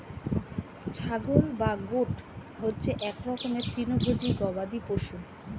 ছাগল বা গোট হচ্ছে এক রকমের তৃণভোজী গবাদি পশু